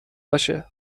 باشه